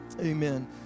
Amen